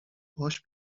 باهاش